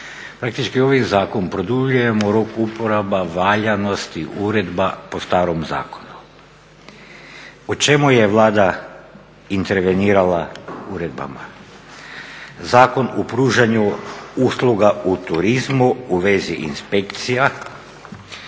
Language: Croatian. Praktički ovim zakonom produljujemo rok uporaba valjanosti uredba po starom zakonu o čemu je Vlada intervenirala uredbama. Zakon o pružanju usluga u turizmu, u vezi inspekcija,